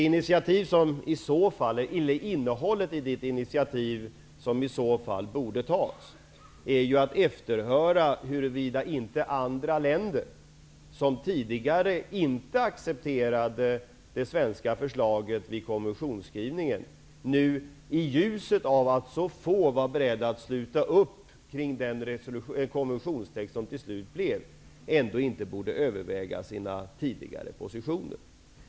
Innehållet i det initiativ som i så fall borde tas är ju att efterhöra huruvida inte andra länder som tidigare inte accepterade det svenska förslaget vid konventionsskrivningen nu -- i ljuset av att så få var beredda att sluta upp kring den konventionstext som man slutligen kom fram till -- borde överväga sina tidigare positioner.